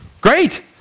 Great